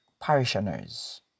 parishioners